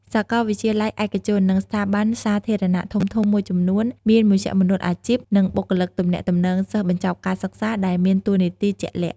សាកលវិទ្យាល័យឯកជន និងស្ថាប័នសាធារណៈធំៗមួយចំនួន មានមជ្ឈមណ្ឌលអាជីព និងបុគ្គលិកទំនាក់ទំនងសិស្សបញ្ចប់ការសិក្សាដែលមានតួនាទីជាក់លាក់។